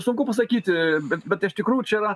sunku pasakyti bet bet iš tikrųjų čia yra